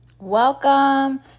Welcome